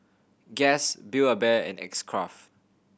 Guess Build A Bear and X Craft